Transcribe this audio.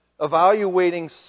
evaluating